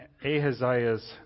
Ahaziah's